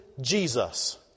Jesus